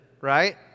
right